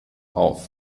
auf